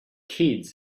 kids